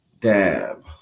dab